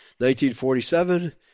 1947